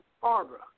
Barbara